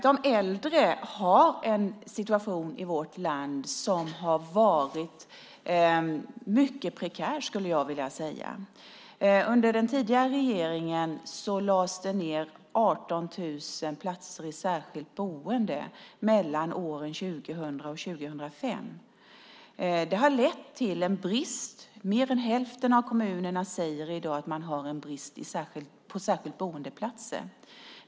De äldres situation i vårt land har varit mycket prekär, skulle jag vilja säga. Under den tidigare regeringen lades det ned 18 000 platser i särskilt boende mellan åren 2000 och 2005. Det har lett till en brist. Mer än hälften av kommunerna säger i dag att de har en brist på platser i särskilt boende.